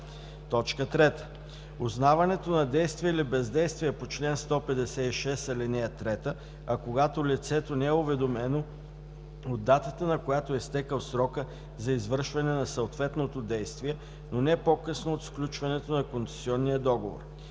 3. узнаването на действие или бездействие по чл. 156, ал. 3, а когато лицето не е уведомено – от датата, на която е изтекъл срокът за извършване на съответното действие, но не по-късно от сключването на концесионния договор.